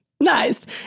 Nice